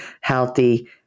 healthy